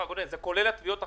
גונן, זה כולל התביעות עכשיו?